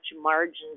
margins